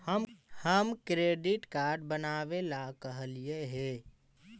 हम credit card बनावे ला कहलिऐ हे?